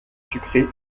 sucrée